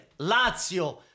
Lazio